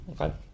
Okay